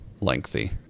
lengthy